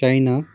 China